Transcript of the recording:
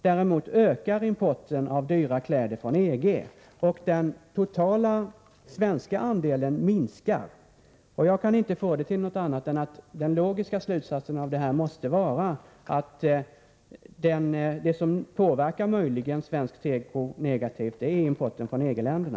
Däremot ökar importen av dyra kläder från EG, och den totala svenska andelen minskar. Den logiska slutsatsen av detta måste vara att det som möjligen påverkar svensk teko negativt är importen från EG-länderna.